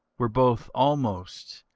were both almost,